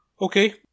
Okay